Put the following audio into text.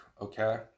okay